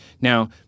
Now